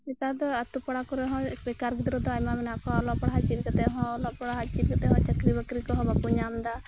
ᱱᱮᱛᱟᱨ ᱫᱚ ᱟᱛᱳ ᱯᱟᱲᱟ ᱠᱚᱨᱮᱦᱚᱸ ᱵᱮᱠᱟᱨ ᱜᱤᱫᱽᱨᱟᱹ ᱦᱚᱸ ᱟᱭᱢᱟ ᱢᱮᱱᱟᱜ ᱠᱚᱣᱟ ᱚᱞᱚᱜ ᱯᱟᱲᱦᱟᱜ ᱪᱮᱫ ᱠᱟᱛᱮᱜ ᱦᱚᱸ ᱪᱟᱹᱠᱨᱤ ᱵᱟᱹᱠᱨᱤ ᱠᱚᱦᱚᱸ ᱵᱟᱠᱩ ᱧᱟᱢᱮᱫᱟ